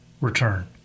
return